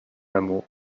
amour